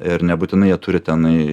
ir nebūtinai jie turi tenai